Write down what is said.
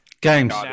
Games